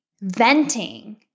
venting